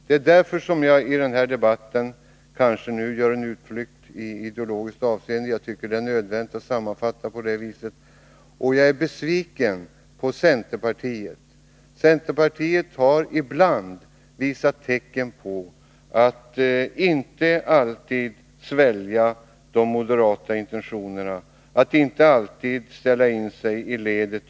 Det är därför som jag i den här debatten gör en ideologisk utflykt — jag tycker att det är nödvändigt att sammanfatta på det viset. Jag är besviken på centerpartiet. Centerpartiet har ibland visat att det inte alltid sväljer de moderata förslagen och att det inte alltid utan vidare ställer in sig i ledet.